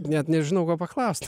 net nežinau ko paklaust